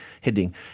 heading